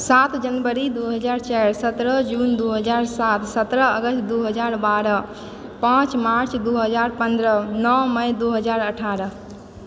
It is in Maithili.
सात जनवरी दु हजार चारि सत्रह जून दु हजार सात सत्रह अगस्त दु हजार बारह पाँच मार्च दु हजार पंद्रह नओ मइ दु हजार अठारह